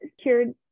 cured